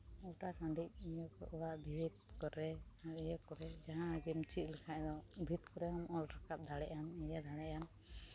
ᱜᱳᱴᱟ ᱴᱟᱺᱰᱤ ᱤᱭᱟᱹ ᱠᱚ ᱚᱲᱟᱜ ᱵᱷᱤᱛ ᱠᱚᱨᱮ ᱟᱨ ᱤᱭᱟᱹ ᱠᱚᱨᱮᱡᱟᱦᱟᱱᱟᱜ ᱜᱮᱢ ᱪᱮᱫ ᱞᱮᱠᱷᱟᱡ ᱫᱚ ᱵᱷᱤᱛ ᱠᱚᱨᱮᱜ ᱦᱚᱸᱢ ᱚᱞ ᱨᱟᱠᱟᱵᱽ ᱫᱟᱲᱮᱭᱟᱜ ᱟᱢ ᱤᱭᱟᱹ ᱫᱟᱲᱮᱭᱟᱜ ᱟᱢ